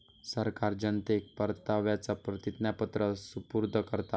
सरकार जनतेक परताव्याचा प्रतिज्ञापत्र सुपूर्द करता